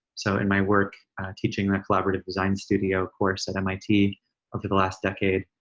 so in my work teaching a collaborative design studio course at mit over the last decade,